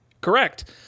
Correct